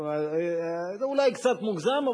זה אולי קצת מוגזם,